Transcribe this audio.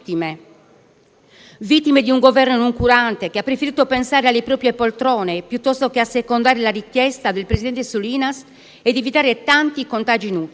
vittime di un Governo non curante, che ha preferito pensare alle proprie poltrone piuttosto che assecondare la richiesta del presidente Solinas ed evitare tanti contagi inutili.